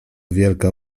wielka